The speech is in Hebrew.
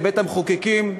לבית-המחוקקים,